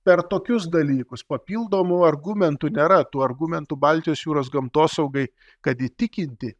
per tokius dalykus papildomų argumentų nėra tų argumentų baltijos jūros gamtosaugai kad įtikinti